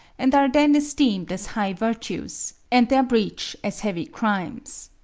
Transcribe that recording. and are then esteemed as high virtues, and their breach as heavy crimes.